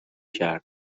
کرد